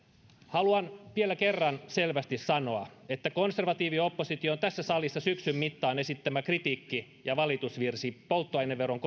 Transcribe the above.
haluan vielä kerran selvästi sanoa että konservatiiviopposition tässä salissa syksyn mittaan esittämä kritiikki ja valitusvirsi polttoaineveron